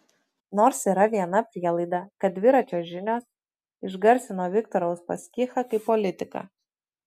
nors yra viena prielaida kad dviračio žinios išgarsino viktorą uspaskichą kaip politiką